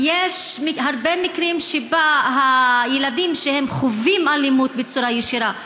יש הרבה מקרים של ילדים שחווים אלימות בצורה ישירה,